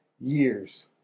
years